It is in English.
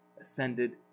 ascended